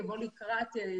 יבוא לקראת,